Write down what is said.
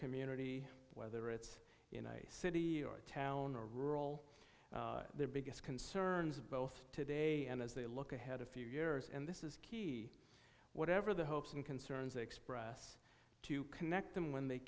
community whether it's in a city or town or rural their biggest concerns both today and as they look ahead a few years and this is key whatever the hopes and concerns they express to connect them when they